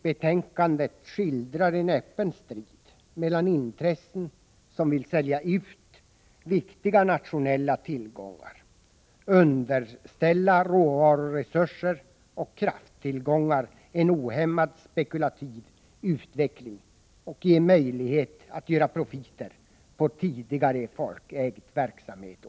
Betänkandet skildrar en öppen strid mellan, på den ena sidan, intressen som vill sälja ut viktiga nationella tillgångar, underställa råvaruresurser och krafttillgångar en ohämmad spekulativ utveckling och ge privata företag möjlighet att göra profit på tidigare folkägd verksamhet.